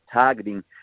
targeting